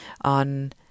on